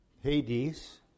Hades